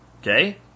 Okay